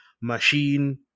machine